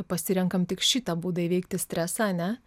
pasirenkam tik šitą būdą įveikti stresą ar ne